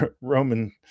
Roman